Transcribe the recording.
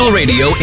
radio